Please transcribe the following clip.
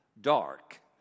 dark